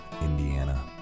Indiana